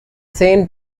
same